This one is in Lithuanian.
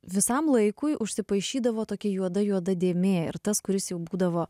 visam laikui užsipaišydavo tokia juoda juoda dėmė ir tas kuris jau būdavo